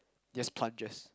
just plunges